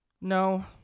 No